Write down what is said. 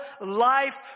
life